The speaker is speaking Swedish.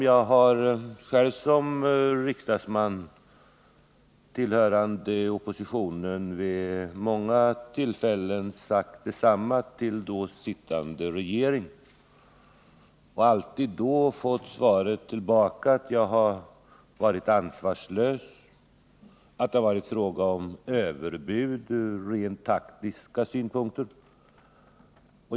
Jag har själv som riksdagsman tillhörande oppositionen vid många tillfällen sagt detsamma till då sittande regeringar. Jag fick då alltid svaret att jag var ansvarslös, att det var fråga om överbud eller rent taktiska synpunkter.